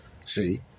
See